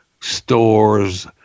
stores